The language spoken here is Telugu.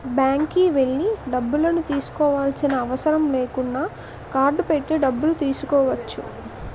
బ్యాంక్కి వెళ్లి డబ్బులను తీసుకోవాల్సిన అవసరం లేకుండా కార్డ్ పెట్టి డబ్బులు తీసుకోవచ్చు